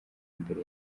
imbere